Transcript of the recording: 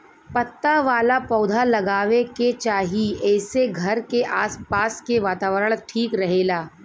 पत्ता वाला पौधा लगावे के चाही एसे घर के आस पास के वातावरण ठीक रहेला